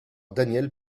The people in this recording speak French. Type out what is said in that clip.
daniel